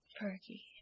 perky